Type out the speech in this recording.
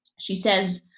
she says,